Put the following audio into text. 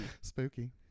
Spooky